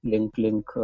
link link